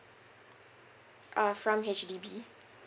uh from H_D_B